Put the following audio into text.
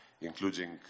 including